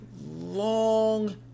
long